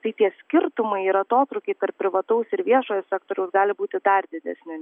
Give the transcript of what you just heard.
tai tie skirtumai ir atotrūkiai tarp privataus ir viešojo sektoriaus gali būti dar didesni